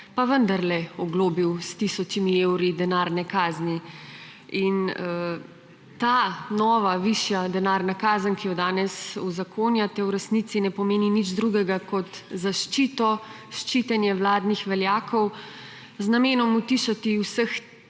pa vendarle oglobil s tisoč evri denarne kazni. Ta nova višja denarna kazen, ki jo danes uzakonjate, v resnici ne pomeni nič drugega kot zaščito, ščitenje vladnih veljakov z namenom utišati vse